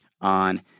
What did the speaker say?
on